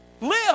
live